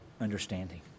understanding